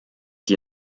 die